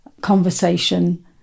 conversation